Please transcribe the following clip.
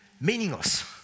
Meaningless